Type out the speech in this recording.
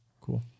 Cool